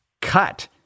cut